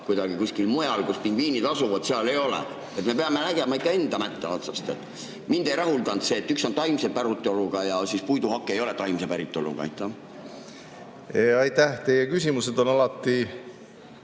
aga kuskil mujal, kus pingviinid asuvad, seal ei ole. Me peame nägema ikka enda mätta otsast. Mind ei rahuldanud see, et üks on taimset päritolu ja puiduhake ei ole taimset päritolu. Aitäh! Teie küsimused on alati